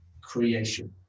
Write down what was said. creation